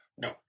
No